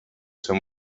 seu